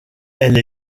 elle